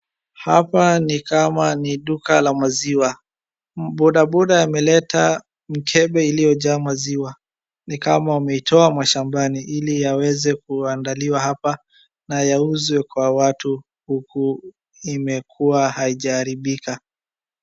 Hapa ni kama ni duka la maziwa, boda boda ameleta mikebe iliyojaa maziwa ni kama ameitoa mashambani ili yaweze kuandaliwa hapa na yauzwe kwa watu huku imekua haijaharibika.